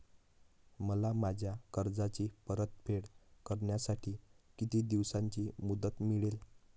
मला माझ्या कर्जाची परतफेड करण्यासाठी किती दिवसांची मुदत मिळेल?